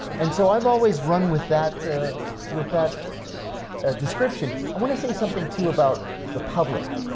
and so i've always run with that with that description. i want to say something too about the public.